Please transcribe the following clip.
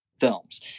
films